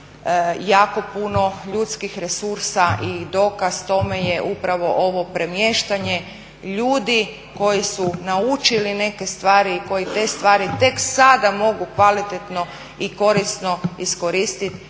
jako puno ljudskih resursa. I dokaz tome je upravo ovo premještanje ljudi koji su naučili neke stvari i koji te stvari tek sada mogu kvalitetno i korisno iskoristiti.